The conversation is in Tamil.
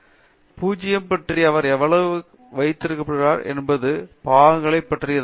பேராசிரியர் அரிந்தமா சிங் பூஜ்யம் பற்றி அவர் எவ்வளவு கையகப்படுத்தியிருக்கிறார் என்பது பாகங்களை பற்றியதாகும்